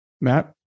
Matt